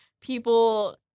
people